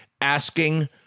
asking